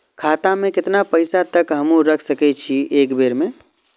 खाता में केतना पैसा तक हमू रख सकी छी एक बेर में?